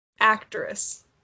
Actress